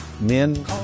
men